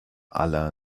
aller